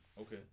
Okay